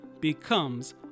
becomes